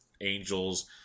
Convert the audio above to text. Angels